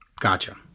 Gotcha